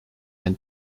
can